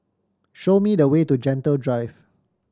show me the way to Gentle Drive